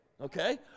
okay